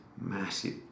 massive